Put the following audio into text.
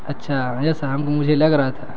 اچھا مجھے لگ رہا تھا